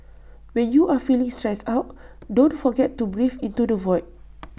when you are feeling stressed out don't forget to breathe into the void